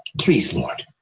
please lord,